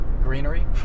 greenery